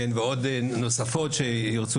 באמת סרטן שאפשר